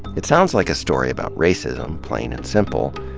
it sounds like a story about racism, plain and simple.